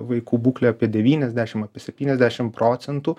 vaikų būklė apie devyniasdešim apie septyniasdešim procentų